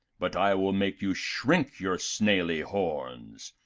but i will make you shrink your snaily horns!